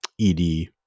ED